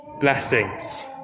blessings